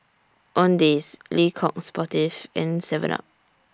Owndays Le Coq Sportif and Seven up